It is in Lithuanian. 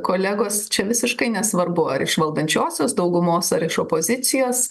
kolegos čia visiškai nesvarbu ar iš valdančiosios daugumos ar iš opozicijos